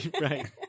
Right